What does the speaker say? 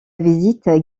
visite